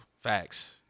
Facts